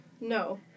No